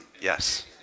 Yes